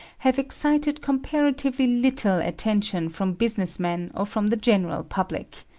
have excited comparatively little attention from business men or from the general public.